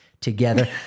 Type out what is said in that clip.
Together